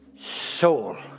soul